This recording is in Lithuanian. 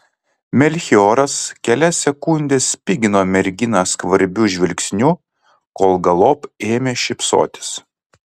melchioras kelias sekundes spigino merginą skvarbiu žvilgsniu kol galop ėmė šypsotis